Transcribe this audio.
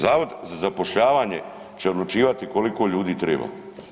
Zavod za zapošljavanje će odlučivati koliko ljudi triba.